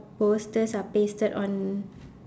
posters are pasted on